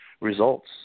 results